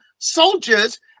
soldiers